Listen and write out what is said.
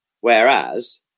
whereas